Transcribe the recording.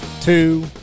two